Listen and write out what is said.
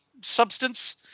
substance